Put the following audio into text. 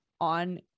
on